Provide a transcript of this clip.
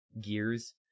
gears